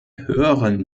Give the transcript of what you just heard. höheren